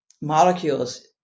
molecules